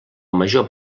major